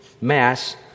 Mass